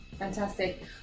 Fantastic